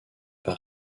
pas